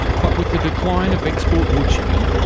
but with the decline of export woodchipping,